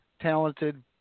talented